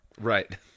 Right